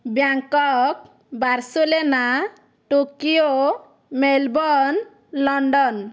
Bangkok Barcelona Tokyo Melbourne London